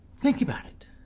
think about it,